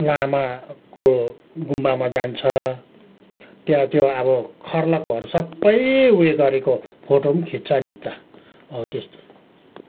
लामाको गुम्बामा जान्छ त्यहाँ त्यो अब खर्लकहरू सबै उयो गरेको फोटो पनि खिच्छ नि त हौ त्यस्तो